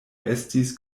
estis